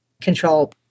control